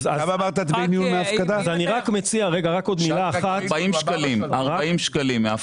כדי ליהנות מאותם 40 שקלים שדיברנו עליהם עכשיו אדם צריך